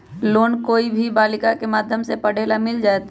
Loan कोई भी बालिका के माध्यम से पढे ला मिल जायत?